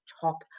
top